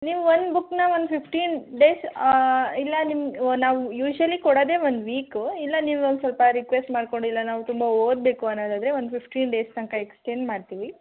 ನೀವು ಒನ್ ಬುಕ್ನ ಒಂದು ಫಿಫ್ಟೀನ್ ಡೇಸ್ ಇಲ್ಲ ನಿಮ್ಗೆ ನಾವು ಯೂಸ್ವಲಿ ಕೊಡೋದೆ ಒನ್ ವೀಕು ಇಲ್ಲ ನೀವು ಒಂದು ಸ್ವಲ್ಪ ರಿಕ್ವೆಸ್ಟ್ ಮಾಡಿಕೊಂಡು ಇಲ್ಲ ನಾವು ತುಂಬ ಓದಬೇಕು ಅನ್ನೋದಾದರೆ ಒಂದು ಫಿಫ್ಟೀನ್ ಡೇಸ್ ತನಕ ಎಕ್ಸ್ಟೆಂಡ್ ಮಾಡ್ತೀವಿ